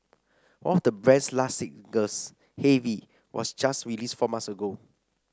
one of the band's last singles heavy was just released four months ago